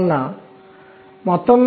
కాబట్టి శక్తులు